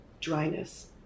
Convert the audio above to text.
dryness